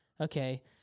okay